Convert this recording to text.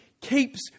keeps